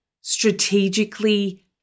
strategically